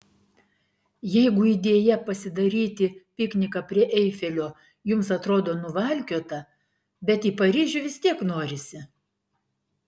jeigu idėja pasidaryti pikniką prie eifelio jums atrodo nuvalkiota bet į paryžių vis tiek norisi